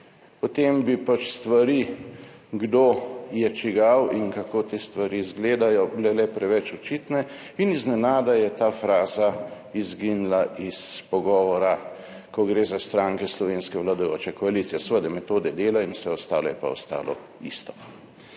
Potem bi pač stvari, kdo je čigav in kako te stvari izgledajo, bile le preveč očitne in iznenada je ta fraza izginila iz pogovora, ko gre za stranke slovenske vladajoče koalicije, seveda metode dela in vse ostalo je pa ostalo isto.